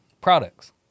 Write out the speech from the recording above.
products